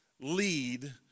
lead